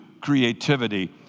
creativity